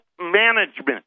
management